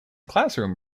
classroom